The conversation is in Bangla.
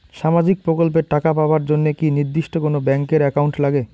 সামাজিক প্রকল্পের টাকা পাবার জন্যে কি নির্দিষ্ট কোনো ব্যাংক এর একাউন্ট লাগে?